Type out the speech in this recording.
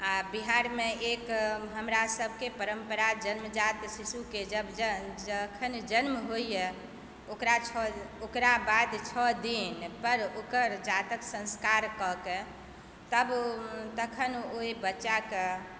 आओर बिहारमे एगो हमरा सबके परम्परा जन्मजात शिशुके जखन जन्म जखन जन्म होइए ओकरा ओकरा बाद छह दिनपर ओकर जातक संस्कार कए कऽ तब तखन ओहि बच्चाके